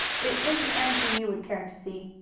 it isn't anything you would care to see.